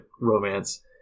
romance